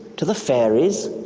to the fairies,